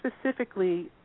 specifically